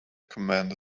commander